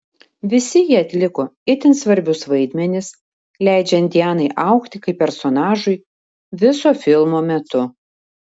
visi jie atliko itin svarbius vaidmenis leidžiant dianai augti kaip personažui viso filmo metu